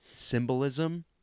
symbolism